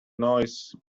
noise